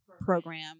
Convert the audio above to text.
program